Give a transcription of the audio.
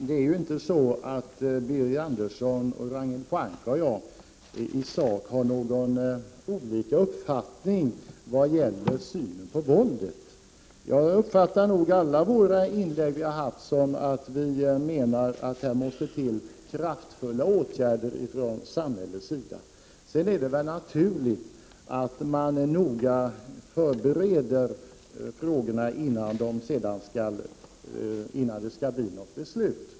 Herr talman! Birger Andersson, Ragnhild Pohanka och jag har i sak inte olika uppfattningar vad gäller synen på våldet. Jag har uppfattat alla våra inlägg som så att vi menar att här måste till kraftfulla åtgärder från samhällets sida. Det är väl naturligt att man noga förbereder frågorna innan det skall fattas några beslut.